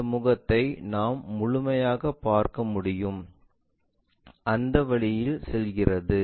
இந்த முகத்தை நாம் முழுமையாக பார்க்க முடியும் அந்த வழியில் செல்கிறது